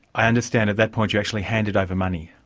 i understand at that point you actually handed over money.